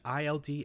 ILD